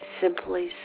simply